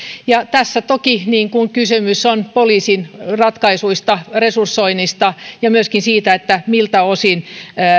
tässä toki kysymys on poliisin ratkaisuista resursoinnista ja myöskin siitä miltä osin